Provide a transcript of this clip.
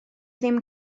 ddim